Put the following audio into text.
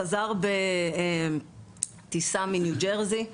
חזר בטיסה מניו ג'רזי,